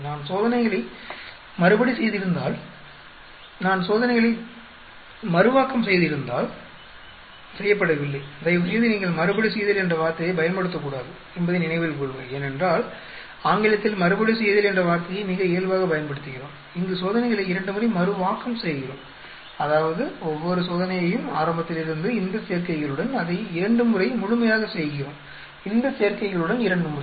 நான் சோதனைகளை மறுபடி செய்திருந்தால் நான் சோதனைகளை மறுவாக்கம் செய்திருந்தால் செய்யப்படவில்லை தயவுசெய்து நீங்கள் மறுபடி செய்தல் என்ற வார்த்தையை பயன்படுத்தக்கூடாது என்பதை நினைவில் கொள்க ஏனென்றால் ஆங்கிலத்தில் மறுபடி செய்தல் என்ற வார்த்தையை மிக இயல்பாக பயன்படுத்துகிறோம் இங்கு சோதனைகளை இரண்டு முறை மறுவாக்கம் செய்கிறோம் அதாவது ஒவ்வொரு சோதனையையும் ஆரம்பத்தில் இருந்து இந்த சேர்க்கைகளுடன் அதை இரண்டு முறை முழுமையாக செய்கிறோம் இந்த சேர்க்கைகளுடன் இரண்டு முறை